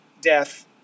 death